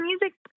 music